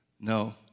No